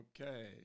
Okay